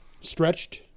Stretched